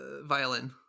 violin